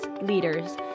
leaders